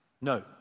No